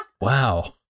wow